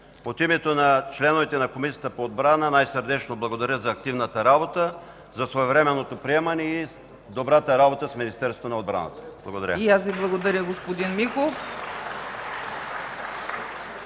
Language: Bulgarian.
От името на членовете на Комисията по отбрана най-сърдечно благодаря за активната работа, за своевременното приемане и добрата работа с Министерството на отбраната. Благодаря. (Ръкопляскания.)